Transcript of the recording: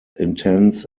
intense